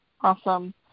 awesome